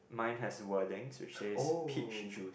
mine has wordings which says peach juice